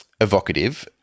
evocative